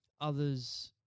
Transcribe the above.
others